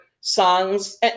songs